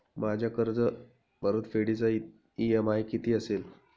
माझ्या कर्जपरतफेडीचा इ.एम.आय किती असेल?